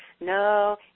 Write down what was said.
no